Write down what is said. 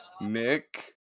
Nick